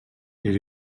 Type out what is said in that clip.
est